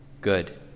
good